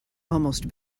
almost